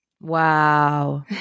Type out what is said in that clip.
Wow